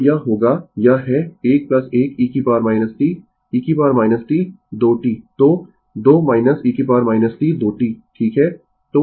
तो यह होगा यह है 1 1 e t e t 2 t तो 2 e t 2 t ठीक है